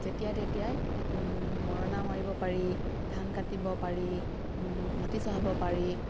যেতিয়া তেতিয়াই মৰণা মাৰিব পাৰি ধান কাটিব পাৰি মাটি চহাব পাৰি